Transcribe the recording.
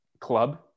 club